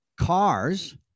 cars